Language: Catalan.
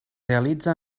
realitza